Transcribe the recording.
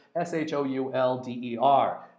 S-H-O-U-L-D-E-R